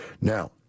Now